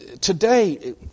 today